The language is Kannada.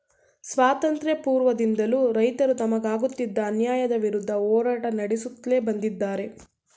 ಸ್ವಾತಂತ್ರ್ಯ ಪೂರ್ವದಿಂದಲೂ ರೈತರು ತಮಗಾಗುತ್ತಿದ್ದ ಅನ್ಯಾಯದ ವಿರುದ್ಧ ಹೋರಾಟ ನಡೆಸುತ್ಲೇ ಬಂದಿದ್ದಾರೆ